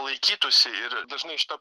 laikytųsi ir dažnai šita